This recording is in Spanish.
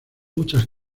muchas